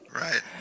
Right